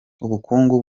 ubukungu